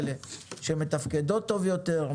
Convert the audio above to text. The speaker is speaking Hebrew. שמתפקדות טוב יותר,